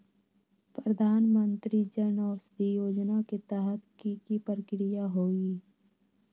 प्रधानमंत्री जन औषधि योजना के तहत की की प्रक्रिया होई?